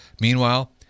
Meanwhile